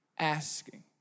asking